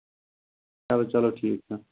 چلو چلو ٹھیٖک